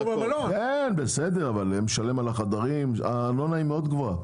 הוא משלם על החדרים, והארנונה מאוד גבוהה.